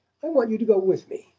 i want you to go with me,